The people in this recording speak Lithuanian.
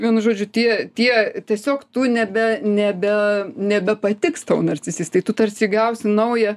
vienu žodžiu tie tie tiesiog tu nebe nebe nebepatiks tau narcisistai tu tarsi įgausi naują